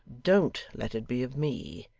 don't let it be of me,